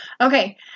Okay